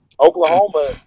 Oklahoma